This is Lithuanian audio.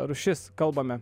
rūšis kalbame